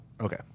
Okay